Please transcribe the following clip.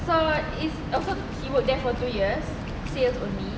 so is he he also worked there for two years sales only